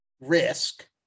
risk